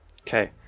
Okay